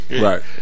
Right